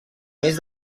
més